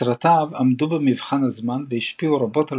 סרטיו עמדו במבחן הזמן והשפיעו רבות על